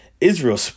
Israel